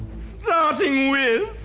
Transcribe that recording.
starting with